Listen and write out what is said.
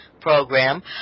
program